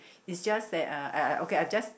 is just that uh uh okay I just